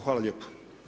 Hvala lijepa.